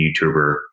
YouTuber